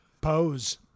Pose